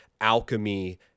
alchemy